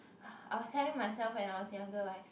I was telling myself when I was younger [right]